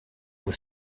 were